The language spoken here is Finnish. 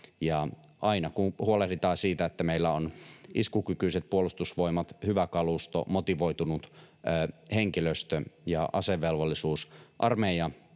aina kun huolehditaan siitä, että meillä on iskukykyiset puolustusvoimat, hyvä kalusto, motivoitunut henkilöstö ja asevelvollisuusarmeija,